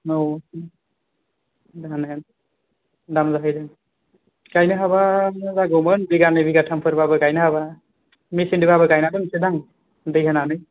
आव गायनो हाबा मोजां जागौमोन बिगानै बिगाथामफोरबो गायनो हाबा मेचिनजों बाबो गायनांगोन सो दां दै होनानै